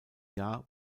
jahr